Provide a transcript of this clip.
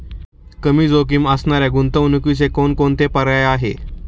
कमी जोखीम असणाऱ्या गुंतवणुकीचे कोणकोणते पर्याय आहे?